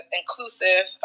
inclusive